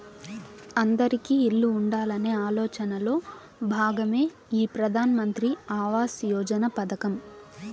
అందిరికీ ఇల్లు ఉండాలనే ఆలోచనలో భాగమే ఈ ప్రధాన్ మంత్రి ఆవాస్ యోజన పథకం